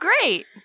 Great